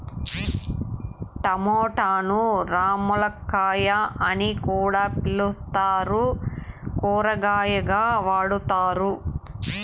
టమోటాను రామ్ములక్కాయ అని కూడా పిలుత్తారు, కూరగాయగా వాడతారు